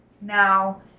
Now